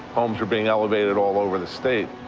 homes are being elevated all over the state.